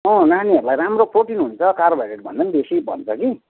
अँ नानीहरूलाई राम्रो प्रोटिन हुन्छ कार्बोहाइड्रेट भन्दा पनि बेसी भन्छ कि